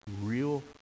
real